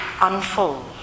unfold